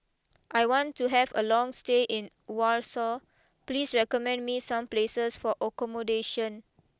I want to have a long stay in Warsaw please recommend me some places for accommodation